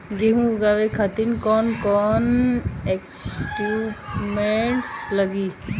गेहूं उगावे खातिर कौन कौन इक्विप्मेंट्स लागी?